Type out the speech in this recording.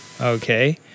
okay